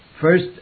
First